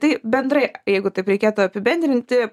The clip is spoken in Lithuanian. tai bendrai jeigu taip reikėtų apibendrinti